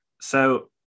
so-